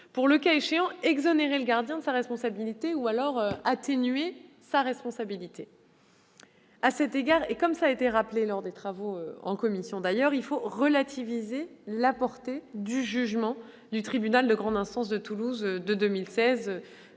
pour, le cas échéant, exonérer le gardien de sa responsabilité ou atténuer celle-ci. À cet égard, comme cela a été rappelé lors des travaux en commission, il faut relativiser la portée du jugement du tribunal de grande instance de Toulouse de 2016-